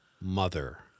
mother